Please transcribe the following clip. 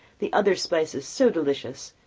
the other spices so delicious,